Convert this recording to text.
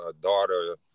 daughter